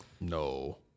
No